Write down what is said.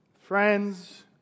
friends